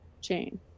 chain